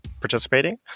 participating